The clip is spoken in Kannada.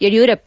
ಯಡಿಯೂರಪ್ಪ